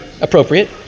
appropriate